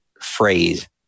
phrase